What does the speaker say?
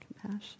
Compassion